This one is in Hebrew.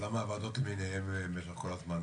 הוועדות למיניהן כל הזמן